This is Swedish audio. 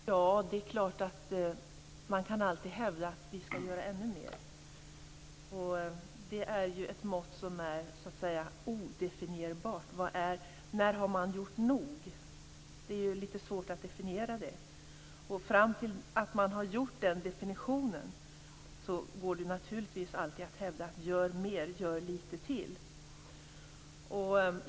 Herr talman! Man kan naturligtvis alltid hävda att vi skall göra ännu mer. Det är ju ett mått som är odefinierbart. När har man gjort nog? Det är lite svårt att definiera det, och till dess att man har gjort den definitionen går det naturligtvis att säga: Gör mer, gör lite till!